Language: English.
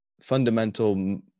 fundamental